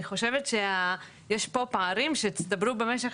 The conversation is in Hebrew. אני חושבת שיש פה פערים שהצטברו במשך